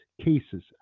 cases